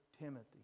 Timothy